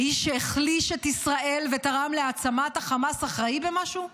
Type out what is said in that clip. האיש שהחליש את ישראל ותרם להעצמת החמאס אחראי למשהו?